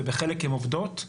ובחלק הן עובדות.